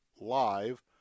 live